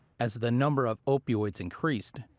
as the numbers of opioids increased,